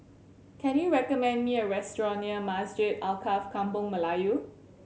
can you recommend me a restaurant near Masjid Alkaff Kampung Melayu